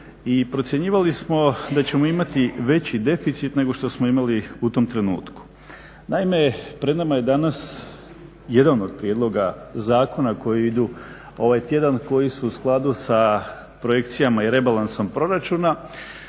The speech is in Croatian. i procjenjivali smo da ćemo imati veći deficit nego što smo imali u tom trenutku. Naime, pred nama je danas jedan od prijedloga zakona koji idu ovaj tjedan koji su u skladu sa projekcijama i rebalansom proračuna,